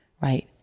right